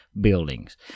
buildings